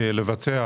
לבצע,